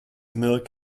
milk